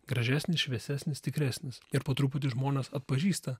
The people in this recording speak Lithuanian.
gražesnis šviesesnis tikresnis ir po truputį žmonės atpažįsta